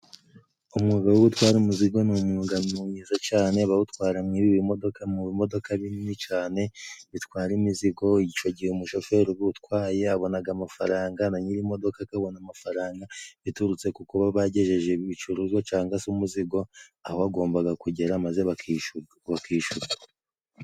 Umwuga w'ubutwara umuzigo ni umwuga mwiza cane abawutwara mwibiba imodoka mu modoka binini cane bitwara imizigo icyo gihe umushoferi uba utwaye yabonaga amafaranga na nyir'imodoka agabona amafaranga biturutse kuba bagejeje ibicuruzwa cangwa se umuzigo abagombaga kugera maze bakishurwa.